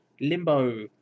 Limbo